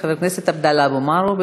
חבר הכנסת עבדאללה אבו מערוף,